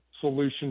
solution